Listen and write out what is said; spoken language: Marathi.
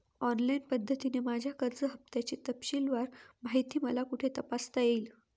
ऑनलाईन पद्धतीने माझ्या कर्ज हफ्त्याची तपशीलवार माहिती मला कुठे तपासता येईल?